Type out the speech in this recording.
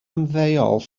ymddeol